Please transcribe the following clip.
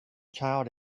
child